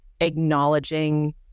acknowledging